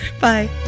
Bye